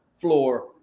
floor